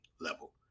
level